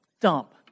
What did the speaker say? dump